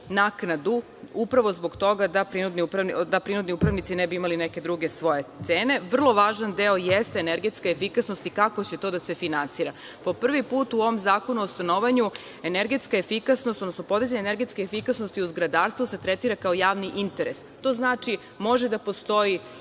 naknadu, upravo zbog toga da prinudni upravnici ne bi imali neke druge svoje cene. Vrlo važan deo i jeste energetska efikasnost i kako će to da se finansira. Po prvi put u ovom zakonu o stanovanju energetska efikasnost, odnosno podizanje energetske efikasnosti u zgradarstvu se tretira kao javni interes. To znači da može da postoji